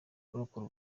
kurokora